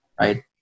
right